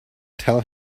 tell